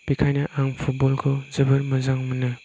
बेनिखायनो आं फुटब'ल खौ जोबोर मोजां मोनो